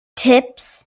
tips